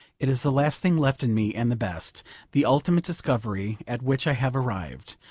it is the last thing left in me, and the best the ultimate discovery at which i have arrived,